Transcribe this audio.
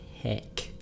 heck